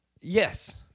Yes